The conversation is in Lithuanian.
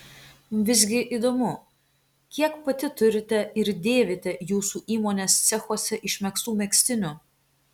visgi įdomu kiek pati turite ir dėvite jūsų įmonės cechuose išmegztų megztinių